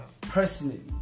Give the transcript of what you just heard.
personally